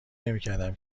نمیکردم